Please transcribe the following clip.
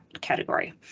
category